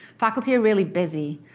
faculty are really busy.